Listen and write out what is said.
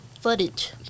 footage